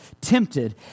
tempted